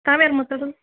ತಾವ್ಯಾರು ಮಾತಾಡುದು